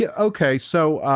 yeah okay so ah,